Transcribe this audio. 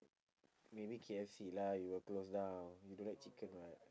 maybe K_F_C lah you will close down you don't like chicken [what]